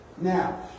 Now